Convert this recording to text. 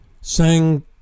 sang